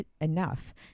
enough